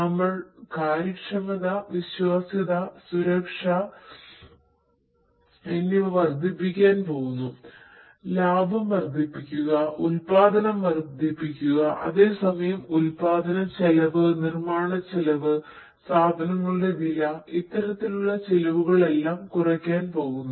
നമ്മൾ കാര്യക്ഷമത വിശ്വാസ്യത സുരക്ഷ സുരക്ഷ എന്നിവ വർദ്ധിപ്പിക്കാൻ പോകുന്നു ലാഭം വർദ്ധിപ്പിക്കുക ഉൽപ്പാദനം വർദ്ധിപ്പിക്കുക അതേ സമയം ഉൽപ്പാദനച്ചെലവ് നിർമ്മാണച്ചെലവ് സാധനങ്ങളുടെ വില ഇത്തരത്തിലുള്ള ചിലവുകളെല്ലാം കുറയ്ക്കാൻ പോകുന്നു